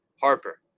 Harper